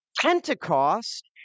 Pentecost